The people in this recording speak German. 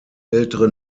ältere